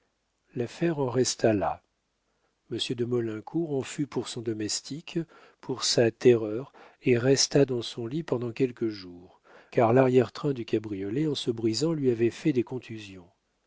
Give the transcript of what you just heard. l'affaire en resta là monsieur de maulincour en fut pour son domestique pour sa terreur et resta dans son lit pendant quelques jours car l'arrière-train du cabriolet en se brisant lui avait fait des contusions